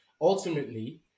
ultimately